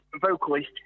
vocalist